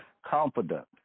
confident